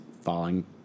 falling